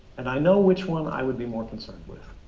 and i know which one i would be more concerned with.